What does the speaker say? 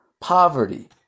poverty